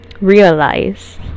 realize